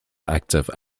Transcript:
active